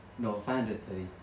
no five hundred sorry